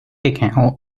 account